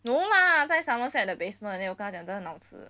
no lah 在 somerset 的 basement then 我跟他讲这个很好吃